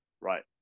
Right